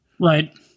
Right